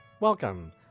Welcome